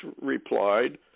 replied